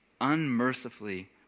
unmercifully